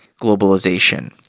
globalization